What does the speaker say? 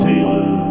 Taylor